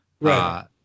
right